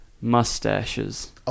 mustaches